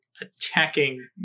attacking